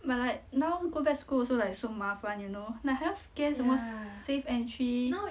but like now go back school also like so 麻烦 you know like 还要 scan 什么 safe entry